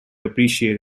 appreciate